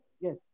Yes